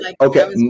okay